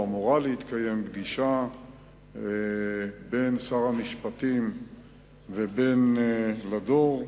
אמורה להתקיים פגישה בין שר המשפטים ובין לדור.